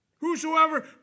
whosoever